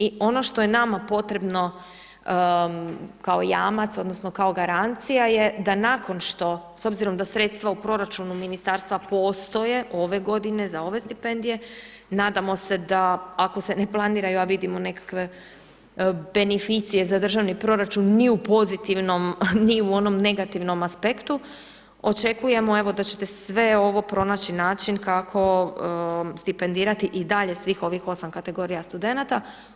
I ono što je nama potrebno kao jamac, odnosno kao garancija je da nakon što, s obzirom da sredstava u proračunu ministarstva postoje ove godine za ove stipendije, nadamo se da ako se ne planiranju, a vidimo nekakve benificije za državni proračun ni u pozitivnom, ni u onom negativnom aspektu, očekujemo evo da ćete sve ovo pronaći način kako stipendirati svih ovih 8 kategorija studenata.